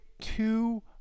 two